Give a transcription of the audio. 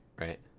right